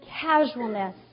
casualness